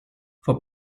for